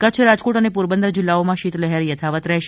કચ્છ રાજકોટ અને પોરબંદર જિલ્લાઓમાં શીતલહેર યથાવત રહેશે